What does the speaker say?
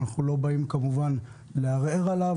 אנחנו כמובן לא באים לערער עליו,